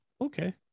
okay